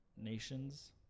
Nations